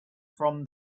from